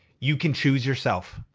you can choose yourself.